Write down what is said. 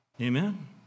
Amen